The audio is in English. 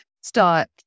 start